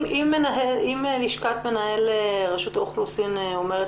אם לשכת מנהל רשות האוכלוסין אומרת